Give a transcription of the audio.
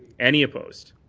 any opposed?